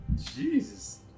Jesus